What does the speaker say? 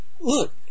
Look